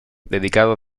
dedicado